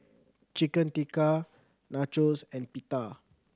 Chicken Tikka Nachos and Pita